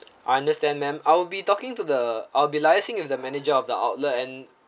I understand ma'am I'll be talking to the I'll be liaising with the manager of the outlet and